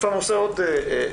מפע"ם עושה עוד קורסים.